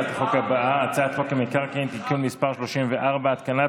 אני מבינה שהיא הלכה מכאן בשביל לא להתמודד עם התשובות על השקרים שלה.